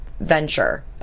venture